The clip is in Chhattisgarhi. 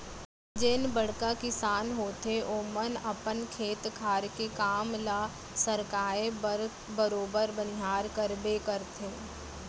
जेन बड़का किसान होथे ओमन अपन खेत खार के काम ल सरकाय बर बरोबर बनिहार करबे करथे